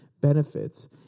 benefits